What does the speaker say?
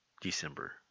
December